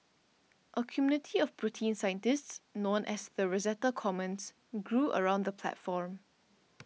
a community of protein scientists known as the Rosetta Commons grew around the platform